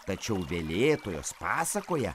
tačiau velėtojos pasakoja